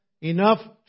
enough